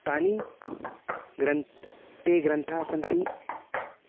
तानि ग्रन् ते ग्रन्थाः सन्ति